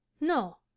no